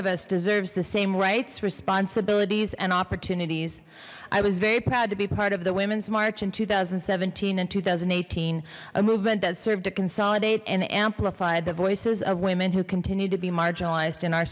of us deserves the same rights responsibilities and opportunities i was very proud to be part of the women's march in two thousand and seventeen and two thousand and eighteen a movement that served to consolidate and amplify the voices of women who continue to be marginalized in our